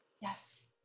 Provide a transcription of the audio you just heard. yes